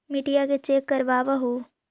मिट्टीया के चेक करबाबहू?